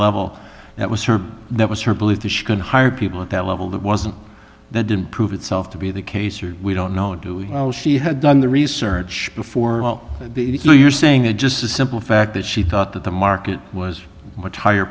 level that was her that was her belief the she could hire people at that level that wasn't that didn't prove itself to be the case or we don't know do we she had done the research before if you're saying it just the simple fact that she thought that the market was much higher